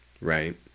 right